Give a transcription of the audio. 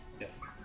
Yes